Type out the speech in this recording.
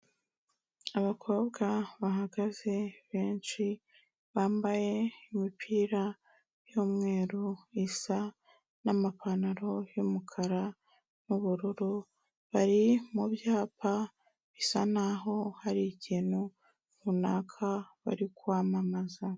Abakobwa bahagaze benshi, bambaye imipira y'umweru isa n'amapantaro y'umukara n'ubururu, bari mu byapa bisa n'aho hari ikintu runaka bari kwamamaza.